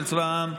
של צבא העם,